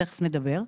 תיכף נדבר,